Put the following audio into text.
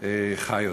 עכשיו חי ועובר.